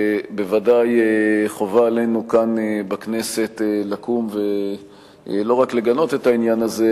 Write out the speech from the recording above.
ובוודאי חובה עלינו כאן בכנסת לקום ולא רק לגנות את העניין הזה,